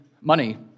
money